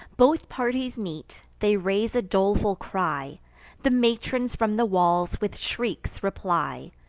both parties meet they raise a doleful cry the matrons from the walls with shrieks reply,